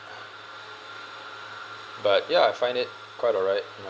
but ya I find it quite alright